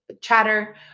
chatter